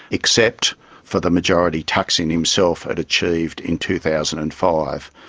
except for the majority thaksin himself had achieved in two thousand and five.